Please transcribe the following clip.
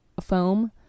foam